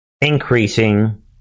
increasing